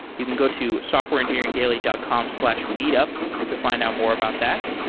you can go to softwareengineeringdaily dot com slash meetup to find out more about that,